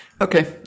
okay